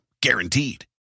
guaranteed